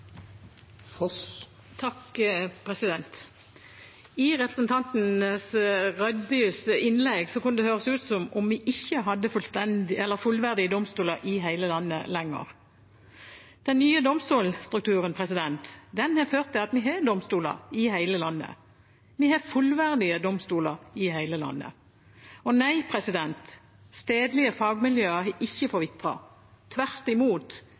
I representanten Rødbys innlegg kunne det høres ut som om vi ikke hadde fullverdige domstoler i hele landet lenger. Den nye domstolstrukturen har ført til at vi har domstoler i hele landet – vi har fullverdige domstoler i hele landet. Og nei, stedlige fagmiljøer har ikke forvitret. Tvert imot: